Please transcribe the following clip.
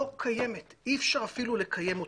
לא קיימת, אי אפשר אפילו לקיים אותה.